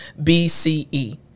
BCE